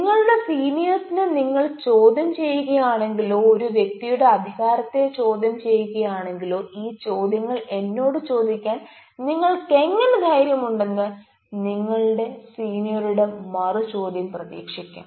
നിങ്ങളുടെ സീനിയേഴ്സിനെ നിങ്ങൾ ചോദ്യം ചെയ്യുകയാണെങ്കിലോ ഒരു വ്യക്തിയുടെ അധികാരത്തെ ചോദ്യം ചെയ്യുകയാണെങ്കിലോ ഈ ചോദ്യങ്ങൾ എന്നോട് ചോദിക്കാൻ നിങ്ങൾക്ക് എങ്ങനെ ധൈര്യമുണ്ടെന്ന് നിങ്ങളുടെ സീനിയറുടെ മറു ചോദ്യം പ്രതീക്ഷിക്കാം